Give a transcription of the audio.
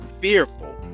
fearful